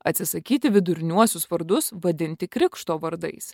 atsisakyti viduriniuosius vardus vadinti krikšto vardais